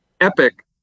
Epic